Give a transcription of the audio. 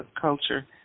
culture